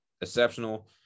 exceptional